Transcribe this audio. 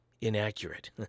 inaccurate